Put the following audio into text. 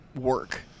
work